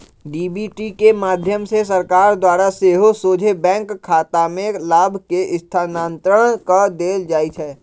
DBT के माध्यम से सरकार द्वारा सेहो सोझे बैंक खतामें लाभ के स्थानान्तरण कऽ देल जाइ छै